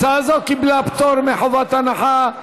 הצעה זו קיבלה פטור מחובת הנחה,